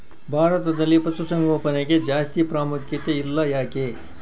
ಭಾರತದಲ್ಲಿ ಪಶುಸಾಂಗೋಪನೆಗೆ ಜಾಸ್ತಿ ಪ್ರಾಮುಖ್ಯತೆ ಇಲ್ಲ ಯಾಕೆ?